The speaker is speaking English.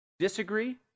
Disagree